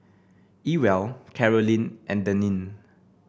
Ewell Caroline and Daneen